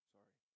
Sorry